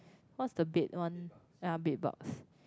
what's the bed one ya bed bugs